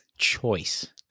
choice